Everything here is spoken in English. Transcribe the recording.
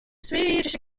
swedish